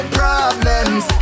problems